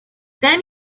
then